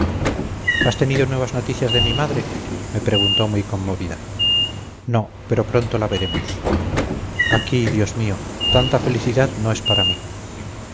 has tenido nuevas noticias de mi madre me preguntó muy conmovida no pero pronto la veremos aquí dios mío tanta felicidad no es para mí